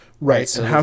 Right